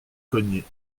cognée